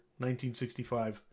1965